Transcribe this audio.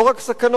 לא רק סכנות.